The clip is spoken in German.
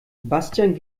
bastian